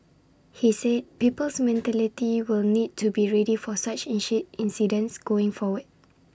he said people's mentality will need to be ready for such incidents going forward